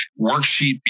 worksheet